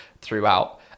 throughout